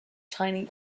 tiny